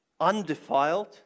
undefiled